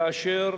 כאשר